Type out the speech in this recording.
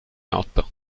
otto